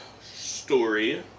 story